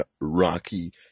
Rocky